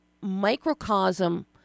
microcosm